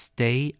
Stay